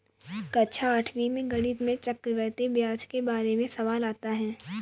कक्षा आठवीं में गणित में चक्रवर्ती ब्याज के बारे में सवाल आता है